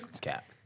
Cap